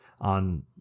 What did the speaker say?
on